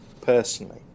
personally